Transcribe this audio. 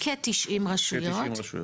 כ-90 רשויות.